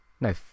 No